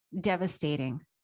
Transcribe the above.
devastating